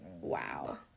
Wow